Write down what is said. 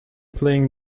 playing